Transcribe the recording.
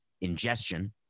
ingestion